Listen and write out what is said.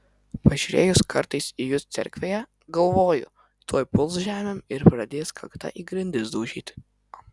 pasižiūrėjus kartais į jus cerkvėje galvoju tuoj puls žemėn ir pradės kakta į grindis daužyti